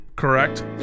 correct